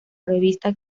revista